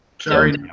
Sorry